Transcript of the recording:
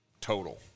total